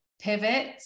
pivot